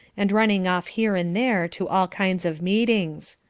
and running off here and there to all kinds of meetings.